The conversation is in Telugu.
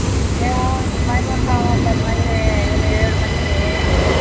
మేము ఇంతమందుంటాము పదిమంది ఏడు మందిమి